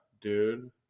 Dude